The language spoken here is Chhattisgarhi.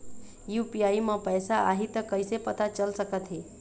यू.पी.आई म पैसा आही त कइसे पता चल सकत हे?